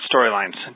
storylines